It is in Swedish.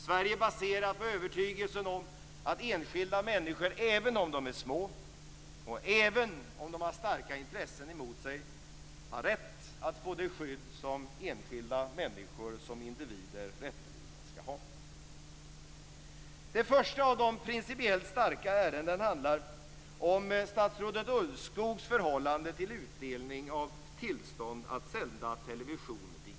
Sverige är baserat på övertygelsen om att enskilda människor, även om de är små och även om de har starka intressen emot sig, har rätt att få det skydd som enskilda människor som individer rätteligen skall ha. Det första av de principiellt starka ärendena handlar om statsrådet Ulvskogs förhållande till utdelning av tillstånd att sända television digitalt.